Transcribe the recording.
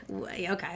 okay